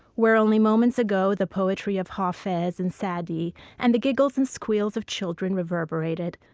where only moments ago the poetry of hafez and sa'adi and the giggles and squeals of children reverberated,